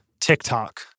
TikTok